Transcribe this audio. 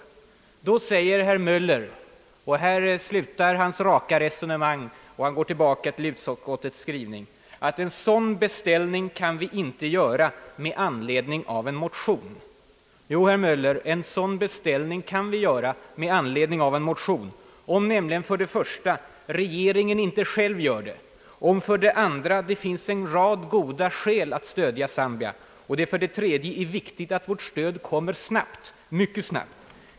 Herr Möller säger då — och här slutar hans raka resonemang och han går tillbaka till utskottets skrivning — att vi inte kan göra en sådan beställning med anledning av en motion. Jo, herr Möller, en sådan beställning kan vi göra med anledning av en motion, om nämligen för det första regeringen inte själv gör det, om det för det andra finns en rad goda skäl för att stödja Zambia och om det för det tredje är viktigt att vårt stöd kommer snabbt, mycket snabbt.